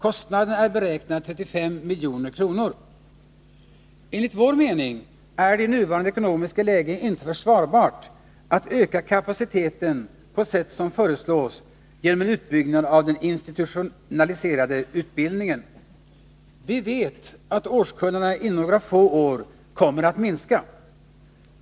Kostnaden är beräknad till 35 milj.kr. Enligt vår mening är det i nuvarande ekonomiska läge inte försvarbart att öka kapaciteten på sätt som föreslås genom en utbyggnad av den institutionaliserade utbildningen. Vi vet att årskullarna inom några få år kommer att minska.